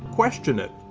question it.